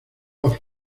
los